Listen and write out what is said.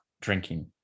drinking